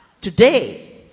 Today